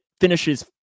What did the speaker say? finishes